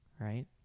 right